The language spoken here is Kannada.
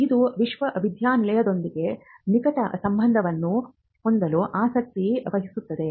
ಇದು ವಿಶ್ವವಿದ್ಯಾನಿಲಯದೊಂದಿಗೆ ನಿಕಟ ಸಂಬಂಧವನ್ನು ಹೊಂದಲು ಆಸಕ್ತಿ ವಹಿಸುತ್ತದೆ